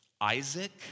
Isaac